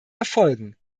erfolgen